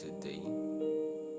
today